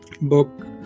book